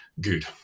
good